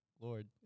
Lord